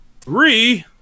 Three